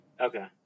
Okay